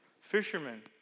fishermen